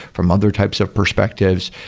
from other types of perspectives,